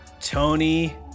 Tony